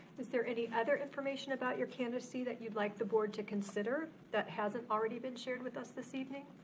is there any other information about your candidacy that you'd like the board to consider that hasn't already been shared with us this evening?